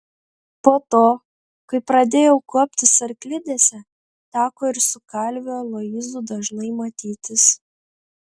po to kai pradėjau kuoptis arklidėse teko ir su kalviu aloyzu dažnai matytis